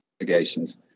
negotiations